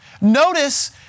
Notice